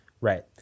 Right